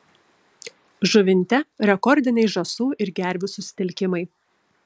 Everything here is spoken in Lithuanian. žuvinte rekordiniai žąsų ir gervių susitelkimai